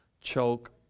choke